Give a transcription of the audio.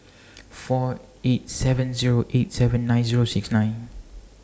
four eight seven Zero eight seven nine Zero six nine